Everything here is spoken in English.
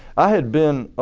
i had been